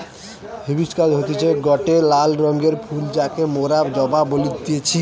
hibiscus হতিছে গটে লাল রঙের ফুল যাকে মোরা জবা বলতেছি